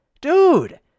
Dude